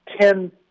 ten